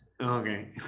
Okay